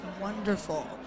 wonderful